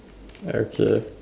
okay